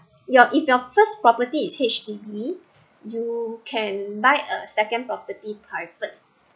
your if your first property is H_D_B you can buy a second property private